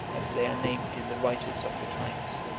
as they are named in the writers of the times.